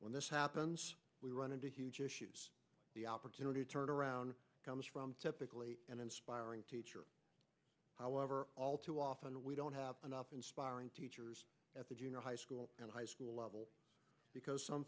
when this happens we run into huge issues the opportunity turn around comes from typically an inspiring teacher however all too often we don't have enough inspiring teachers at the junior high school and high school level because some